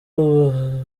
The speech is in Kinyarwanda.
ubu